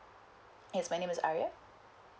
yes my name is arya